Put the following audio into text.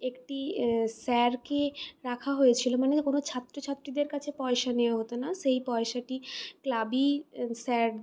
একটি স্যারকে রাখা হয়েছিল মানে কোনো ছাত্রছাত্রীদের কাছে পয়সা নেওয়া হত না সেই পয়সাটি ক্লাবই স্যার